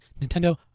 Nintendo